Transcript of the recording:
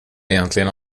egentligen